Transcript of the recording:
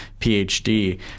phd